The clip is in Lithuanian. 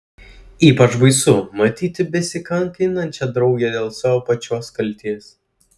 ypač baisu matyti besikankinančią draugę dėl savo pačios kaltės